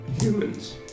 Humans